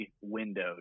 window